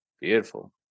beautiful